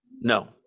No